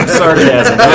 sarcasm